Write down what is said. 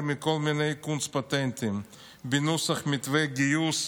מכל מיני קונץ-פטנטים בנוסח מתווה גיוס,